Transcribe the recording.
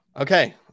okay